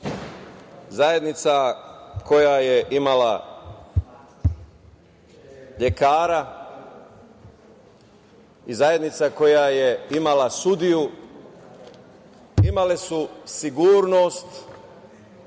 zajednica koja je imala lekara i zajednica koja je imala sudiju imale su sigurnost